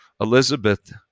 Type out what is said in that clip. Elizabeth